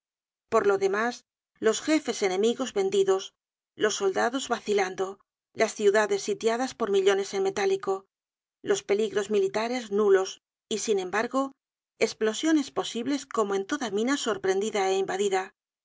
por lo demás los jefes enemigos vendidos los soldados vacilando las ciudades sitiadas por millones en metálico peligros militares nulos y sin embargo esplosiones posibles como en toda mina sorprendida é invadida